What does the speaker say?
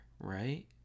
right